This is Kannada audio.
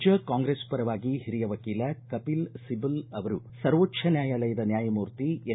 ರಾಜ್ಯ ಕಾಂಗ್ರೆಸ್ ಪರವಾಗಿ ಹಿರಿಯ ವಕೀಲ ಕಪಿಲ್ ಸಿಬಲ್ ಅವರು ಸರ್ವೋಚ್ದ ನ್ಯಾಯಾಲಯದ ನ್ಯಾಯಮೂರ್ತಿ ಎನ್